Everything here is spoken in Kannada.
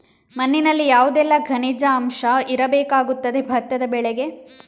ಮಣ್ಣಿನಲ್ಲಿ ಯಾವುದೆಲ್ಲ ಖನಿಜ ಅಂಶ ಇರಬೇಕಾಗುತ್ತದೆ ಭತ್ತದ ಬೆಳೆಗೆ?